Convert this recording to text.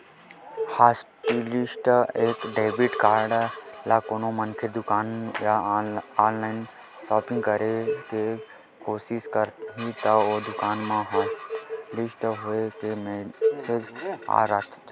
hotlist होए debit card ले कोनो मनखे दुकान या ऑनलाईन सॉपिंग करे के कोसिस करही त ओ दुकान म हॉटलिस्ट होए के मेसेज आ जाथे